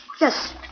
Yes